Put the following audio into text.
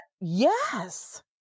yes